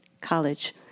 College